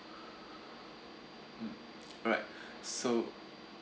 mm alright so